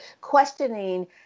questioning